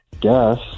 guess